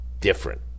different